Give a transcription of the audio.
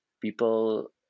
people